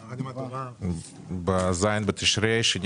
אנחנו בז' בתשרי התשפ"ג,